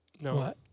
No